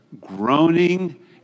groaning